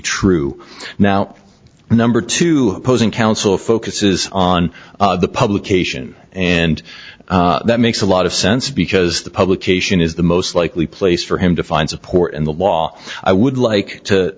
true now number two posing council focuses on the publication and that makes a lot of sense because the publication is the most likely place for him to find support in the law i would like to